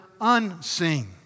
unseen